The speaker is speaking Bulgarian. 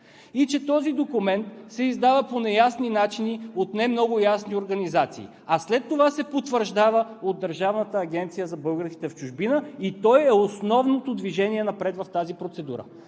Този документ се издава по неясни начини от не много ясни организации, а след това се потвърждава от Държавната агенция за българите в чужбина и той е основното движение напред в тази процедура.